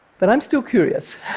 but i'm still curious.